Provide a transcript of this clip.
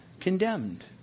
condemned